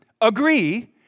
agree